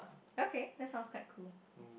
okay that's sounds quite cool